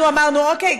אנחנו אמרנו: אוקיי,